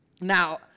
Now